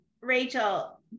Rachel